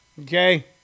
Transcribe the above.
okay